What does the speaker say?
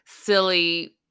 silly